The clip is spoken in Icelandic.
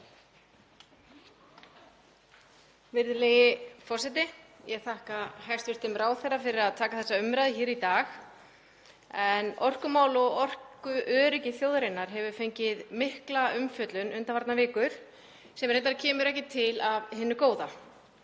Virðulegi forseti. Ég þakka hæstv. ráðherra fyrir að taka þessa umræðu hér í dag en orkumál og orkuöryggi þjóðarinnar hefur fengið mikla umfjöllun undanfarnar vikur sem reyndar kemur ekki til af hinu góða.